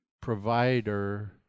provider